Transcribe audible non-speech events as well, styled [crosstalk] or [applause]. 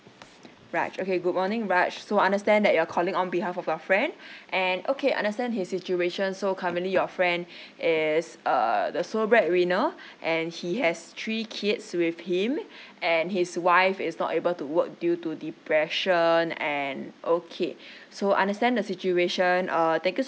raj okay good morning raj so understand that you're calling on behalf of your friend [breath] and okay understand his situation so currently your friend [breath] is uh the sole bread winner [breath] and he has three kids with him [breath] and his wife is not able to work due to depression and okay [breath] so understand the situation err thank you